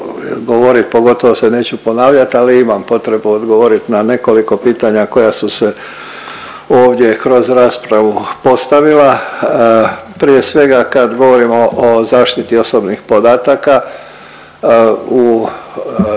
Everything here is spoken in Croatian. pogotovo se neću ponavljat, ali imam potrebu odgovorit na nekoliko pitanja koja su se ovdje kroz raspravu postavila. Prije svega kad govorimo o zaštiti osobnih podataka u Hrvatskoj